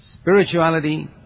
spirituality